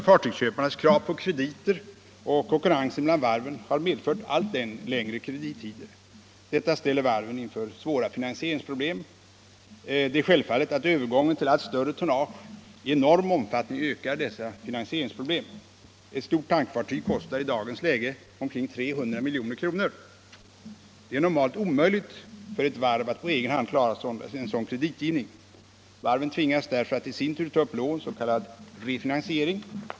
Fartygsköparnas krav på krediter och konkurrensen mellan varven har medfört allt längre kredittider. Detta ställer varven inför svåra finansieringsproblem. Det är självklart att övergången till allt större tonnage i enorm omfattning ökar dessa finansieringsproblem. Ett stort tankfartyg kostar i dagens läge omkring 300 milj.kr. Det är normalt omöjligt för ett varv att på egen hand klara en sådan kreditgivning. Varven tvingas därför att i sin tur ta upp lån, s.k. refinansiering.